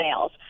sales